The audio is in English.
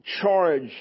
charge